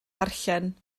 darllen